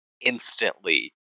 instantly